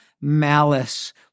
malice